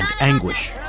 anguish